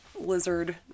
lizard